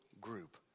group